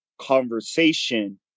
conversation